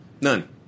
None